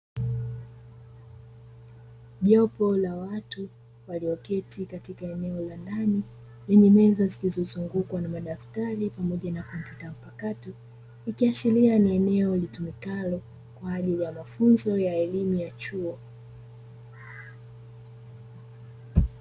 Jopo la watu walioketi katika eneo la ndani lenye meza zilizozungukwa na madaftari pamoja na kompyuta mpakato. Ikiashiria ni eneo litumikalo kwa ajili ya mafunzo y elimu ya chuo.